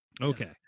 Okay